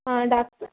আর doctor